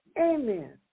Amen